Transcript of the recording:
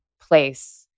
place